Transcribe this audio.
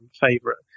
favorite